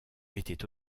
était